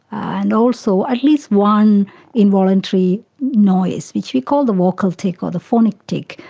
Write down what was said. and also at least one involuntary noise, which we call the vocal tic or the phonic tic.